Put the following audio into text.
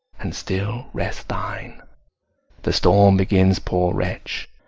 and still rest thine the storm begins poor wretch,